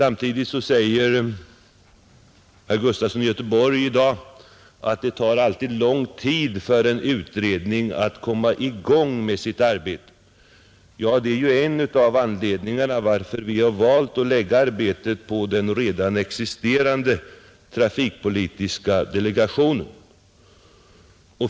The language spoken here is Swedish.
Nu säger herr Gustafson i Göteborg att det alltid tar lång tid för en utredning att komma i gång med sitt arbete. Ja, det är en av anledningarna till att vi valt att lägga arbetet på den redan existerande trafikpolitiska delegationen.